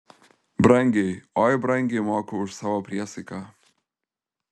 brangiai oi brangiai moku už savo priesaiką